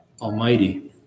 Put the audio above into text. almighty